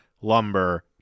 Lumber